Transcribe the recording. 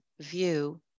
view